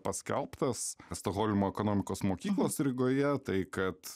paskelbtas stokholmo ekonomikos mokyklos rygoje tai kad